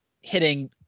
hitting